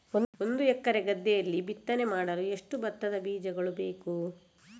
ಒಂದು ಎಕರೆ ಗದ್ದೆಯಲ್ಲಿ ಬಿತ್ತನೆ ಮಾಡಲು ಎಷ್ಟು ಭತ್ತದ ಬೀಜಗಳು ಬೇಕು?